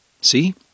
See